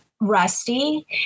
rusty